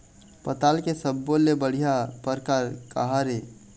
पताल के सब्बो ले बढ़िया परकार काहर ए?